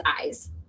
eyes